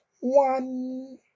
One